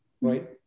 right